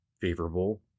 favorable